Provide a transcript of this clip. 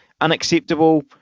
unacceptable